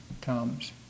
comes